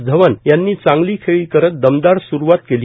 धवन यांनी चांगली खेळी करत दमदार स्रवात केली